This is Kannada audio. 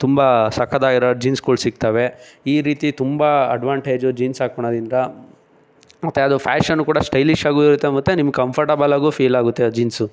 ತುಂಬ ಸಕ್ಕತ್ತಾಗಿರೋ ಜೀನ್ಸ್ಗಳ್ ಸಿಗ್ತವೆ ಈ ರೀತಿ ತುಂಬ ಅಡ್ವಾಂಟೇಜು ಜೀನ್ಸ್ ಹಾಕೊಳೋದ್ರಿಂದ ಮತ್ತು ಅದು ಫ್ಯಾಷನ್ ಕೂಡ ಸ್ಟೈಲಿಶ್ ಆಗೂ ಇರುತ್ತೆ ಮತ್ತು ನಿಮ್ಮ ಕಂಫರ್ಟಬಲ್ ಆಗೂ ಫೀಲ್ ಆಗುತ್ತೆ ಆ ಜೀನ್ಸು